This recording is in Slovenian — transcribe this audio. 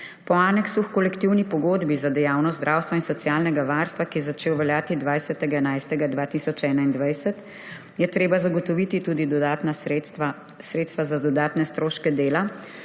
Po aneksu h kolektivni pogodbi za dejavnost zdravstva in socialnega varstva, ki je začel veljati 20. 11. 2021, je treba zagotoviti tudi dodatna sredstva, sredstva za dodatne stroške dela,